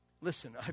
Listen